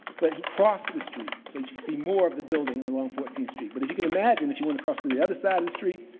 but he crossed the street. so, and you you see more of the building along fourteenth street. but, as you can imagine that you went across to the other side of the street,